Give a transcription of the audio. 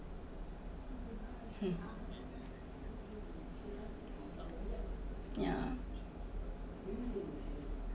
yeah